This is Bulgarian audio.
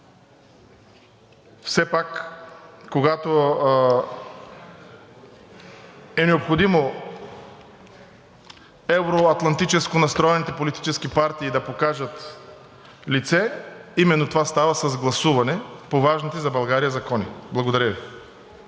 Все пак, когато е необходимо евро-атлантически настроените политически партии да покажат лице, именно това става с гласуване по важните за България закони. Благодаря Ви.